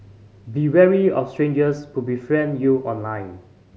be wary of strangers who befriend you online